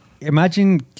imagine